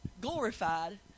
glorified